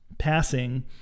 passing